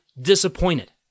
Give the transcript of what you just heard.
disappointed